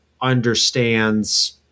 understands